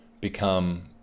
become